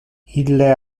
ille